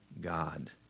God